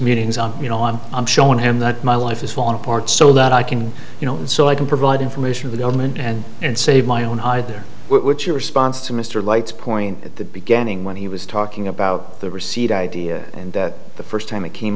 meetings on you know on i'm showing him that my life is falling apart so that i can you know so i can provide information with government and and save my own either which your response to mr lights point at the beginning when he was talking about the receipt idea and the first time it came